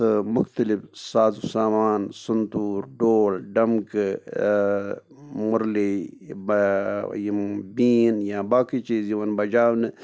تہٕ مُختلِف سازو سامان سنتوٗر ڈول ڈَمکہٕ مُرلی یِم بیٖن یا باقٕے چیٖز یِوان بَجاونہٕ